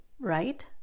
right